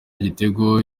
igitego